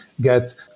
get